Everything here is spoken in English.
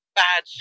bad